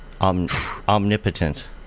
omnipotent